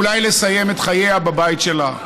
אולי לסיים את חייה בבית שלה.